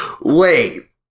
wait